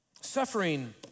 Suffering